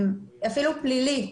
אפילו פלילית,